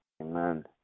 Amen